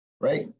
right